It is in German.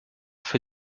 für